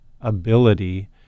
ability